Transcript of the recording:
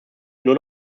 nur